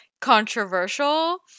controversial